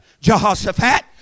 Jehoshaphat